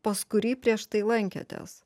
pas kurį prieš tai lankėtės